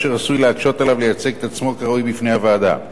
אשר עשוי להקשות עליו לייצג את עצמו כראוי בפני הוועדה.